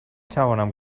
توانم